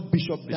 Bishop